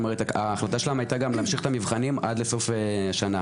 ההחלטה שלהם הייתה גם להמשיך את המבחנים עד לסוף השנה.